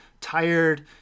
tired